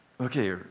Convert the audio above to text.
okay